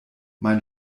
mein